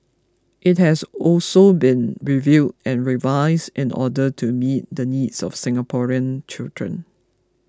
it has also been reviewed and revised in the order to meet the needs of Singaporean children